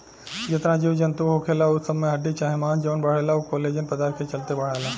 जेतना जीव जनतू होखेला उ सब में हड्डी चाहे मांस जवन बढ़ेला उ कोलेजन पदार्थ के चलते बढ़ेला